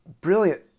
brilliant